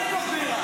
שב במקום שלך.